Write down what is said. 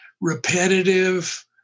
repetitive